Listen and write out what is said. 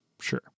Sure